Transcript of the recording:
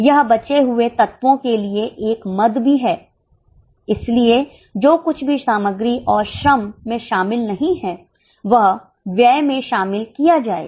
यह बचे हुए तत्वों के लिए एक मद भी है इसलिए जो कुछ भी सामग्री और श्रम में शामिल नहीं है वह व्यय में शामिल किया जाएगा